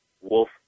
wolf